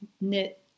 knit